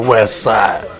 Westside